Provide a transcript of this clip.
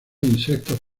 insectos